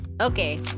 Okay